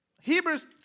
Hebrews